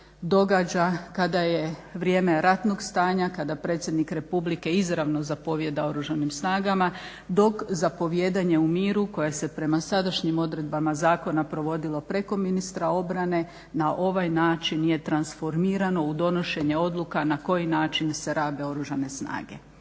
događa kada je vrijeme ratnog stanja, kada predsjednik Republike izravno zapovijeda Oružanim snagama dok zapovijedanje u miru koje se prema sadašnjim odredbama zakona provodilo preko ministra obrane na ovaj način je transformirano u donošenje odluka na koji način se rabe Oružane snage.